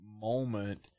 moment